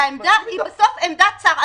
והעמדה היא בסוף עמדת שר.